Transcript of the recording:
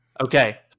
Okay